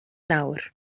nawr